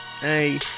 Hey